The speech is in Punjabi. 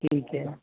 ਠੀਕ